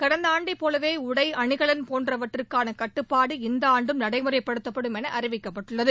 கடந்த ஆண்டைப் போலவே உடை அணிகலன் போன்றவற்றிற்கான கட்டுப்பாடு இந்த ஆண்டும் நடைமுறைப்படுத்தப்படும் என அறிவிக்கப்பட்டுள்ளது